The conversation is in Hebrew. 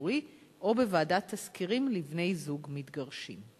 חוץ-הורי או בוועדת תסקירים לבני-זוג מתגרשים?